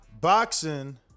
Boxing